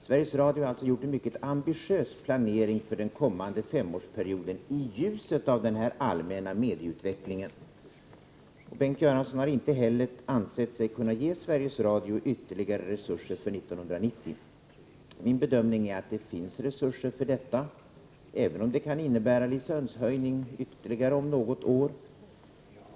Sveriges Radio har gjort en mycket ambitiös planering för den kommande femårsperioden, i ljuset av den allmänna medieutvecklingen. Bengt Göransson har inte heller ansett sig kunna ge Sveriges Radio ytterligare resurser för 1990. Min bedömning är att det finns resurser för detta, även om det kan innebära ytterligare licenshöjning om något år.